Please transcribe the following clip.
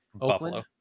Oakland